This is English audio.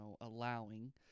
allowing